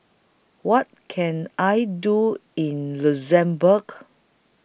What Can I Do in Luxembourg